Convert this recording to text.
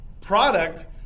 product